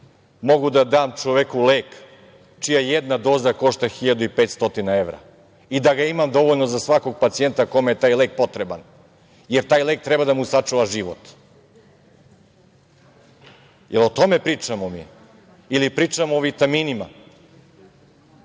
mogu da dam čoveku lek čija jedna doza košta 1.500 evra i da ga imam dovoljno za svakog pacijenta kome je taj lek potreban, jer taj lek treba da mu sačuva život. Jel o tome pričamo mi ili pričamo o vitaminima